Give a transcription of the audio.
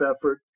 effort